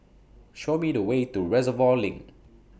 Show Me The Way to Reservoir LINK